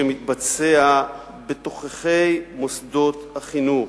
שמתבצע בתוככי מוסדות החינוך.